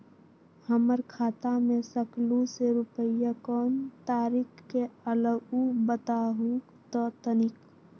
हमर खाता में सकलू से रूपया कोन तारीक के अलऊह बताहु त तनिक?